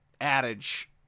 adage